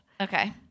Okay